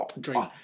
drink